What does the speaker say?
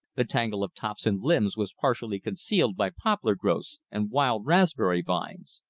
the tangle of tops and limbs was partially concealed by poplar growths and wild raspberry vines.